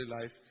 life